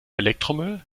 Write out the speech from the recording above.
elektromüll